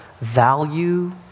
value